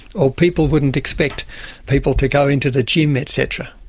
or people wouldn't expect people to go into the gym et cetera.